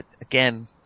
again